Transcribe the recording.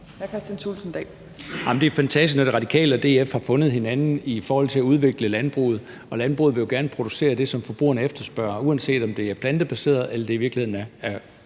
det er fantastisk, når De Radikale og DF har fundet hinanden i forhold til at udvikle landbruget, og landbruget vil jo gerne producere det, som forbrugerne efterspørger, uanset om det er plantebaseret, eller om det i virkeligheden er